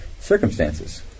circumstances